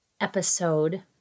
episode